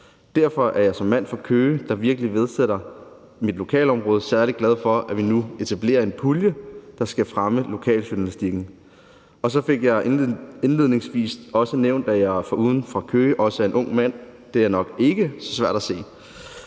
Derfor er jeg som en mand fra Køge, der virkelig værdsætter mit lokalområde, særlig glad for, at vi nu etablerer en pulje, der skal fremme lokaljournalistikken. Så fik jeg indledningsvis også nævnt, at jeg foruden at være fra Køge også er en ung mand; det er nok ikke svært at se.